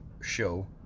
show